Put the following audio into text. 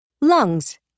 Lungs